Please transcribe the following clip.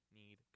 need